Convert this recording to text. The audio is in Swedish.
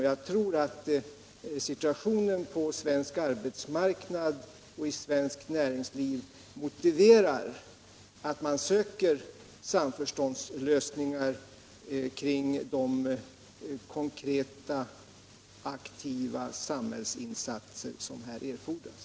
Jag tror att situationen på svensk arbetsmarknad och inom svenskt näringsliv motiverar att man söker samförståndslösningar kring de konkreta och aktiva samhällsinsatser som här erfordras.